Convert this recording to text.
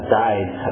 died